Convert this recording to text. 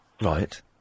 Right